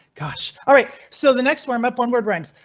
gosh alright, so the next warm up one word ranks.